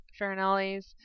Farinellis